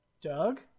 Doug